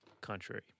contrary